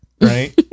right